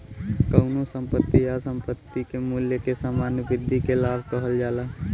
कउनो संपत्ति या संपत्ति के मूल्य में सामान्य वृद्धि के लाभ कहल जाला